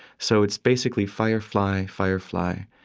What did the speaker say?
so it's basically firefly, firefly,